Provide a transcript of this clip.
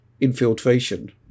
infiltration